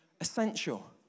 essential